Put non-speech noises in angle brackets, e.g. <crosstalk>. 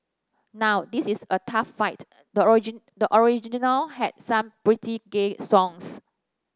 now this is a tough fight the <unintelligible> the original had some pretty gay songs